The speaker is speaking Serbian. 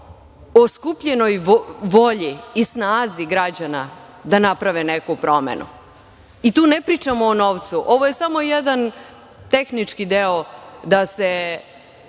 o skupljenoj volji i snazi građana da naprave neku promenu. Tu ne pričamo o novcu, ovo je samo jedan tehnički deo da se